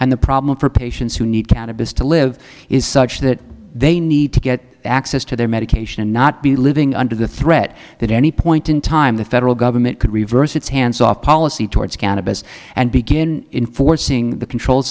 the problem for patients who need counted this to live is such that they need to get access to their medication and not be living under the threat that any point in time the federal government could reverse its hands off policy towards cannabis and begin forcing the controlled